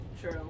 True